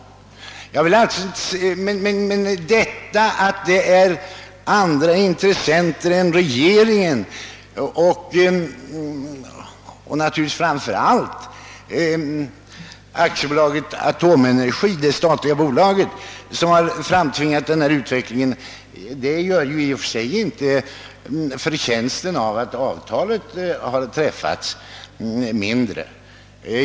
Men detta att det är andra intressenter än regeringen och naturligtvis framför allt AB Atomenergi, det: statliga bolaget, som har framtvingat denna utveckling, gör ju i och för sig inte förtjänsten av att avtal har träffats mindre.